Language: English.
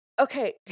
okay